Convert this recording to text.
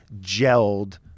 gelled